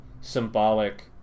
symbolic